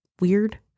weird